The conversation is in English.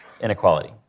Inequality